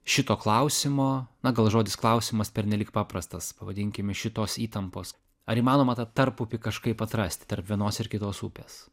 šito klausimo na gal žodis klausimas pernelyg paprastas pavadinkim iš šitos įtampos ar įmanoma tą tarpupį kažkaip atrasti tarp vienos ir kitos upės